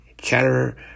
chatterer